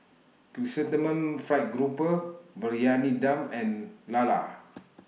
Chrysanthemum Fried Grouper Briyani Dum and Lala